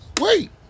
Wait